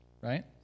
Right